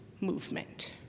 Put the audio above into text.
movement